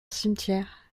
cimetière